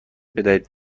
بدهید